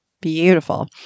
Beautiful